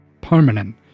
permanent